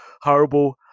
horrible